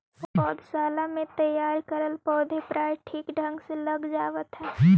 पौधशाला में तैयार करल पौधे प्रायः ठीक ढंग से लग जावत है